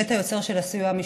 הסיוע המשפטי.